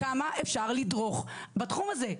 כמה אפשר לדרוך בתחום הזה?